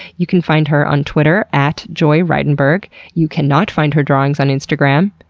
you can find her on twitter at joyreidenberg. you cannot find her drawings on instagram,